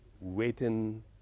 waiting